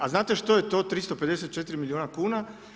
A znate što je to 354 milijuna kuna?